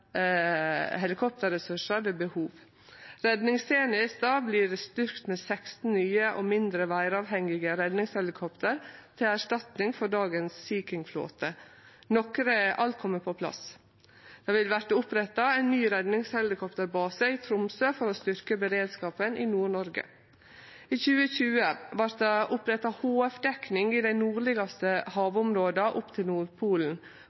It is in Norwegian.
helikopterressursar ved behov. Redningstenesta vert styrkt med 16 nye og mindre vêravhengige redningshelikopter til erstatning for dagens Sea King-flåte – nokre er alt komne på plass. Det vil verte oppretta ein ny redningshelikopterbase i Tromsø for å styrkje beredskapen i Nord-Noreg. I 2020 vart det oppretta HF-dekning i dei nordlegaste havområda, opp til Nordpolen,